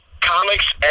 Comics